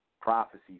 prophecy